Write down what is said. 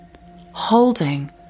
holding